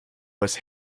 was